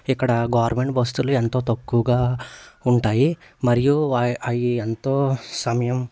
ఇక్కడ గవర్నమెంట్ బస్సులు ఎంతో తక్కువగా ఉంటాయి మరియు అవి ఎంతో సమయం